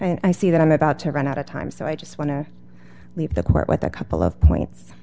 and i see that i'm about to run out of time so i just want to leave the court with a couple of points